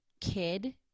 kid